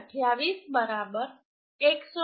28 બરાબર 176